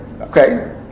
Okay